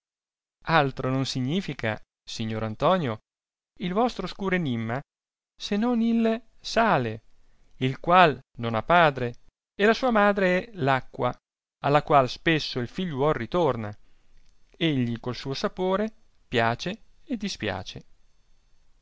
altro non significa signor antonio il vostro oscuro enimma se non il sale il qual non ha padre e la sua madre è l acqua alla qual spesso il figliuol ritorna egli col suo sapore piace e dispiace